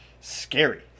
scary